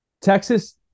Texas